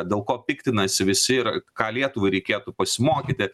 dėl ko piktinasi visi ir ką lietuvai reikėtų pasimokyti